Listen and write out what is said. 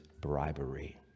bribery